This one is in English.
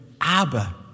Abba